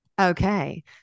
Okay